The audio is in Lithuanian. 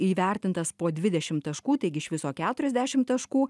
įvertintas po dvidešimt taškų taigi iš viso keturiasdešimt taškų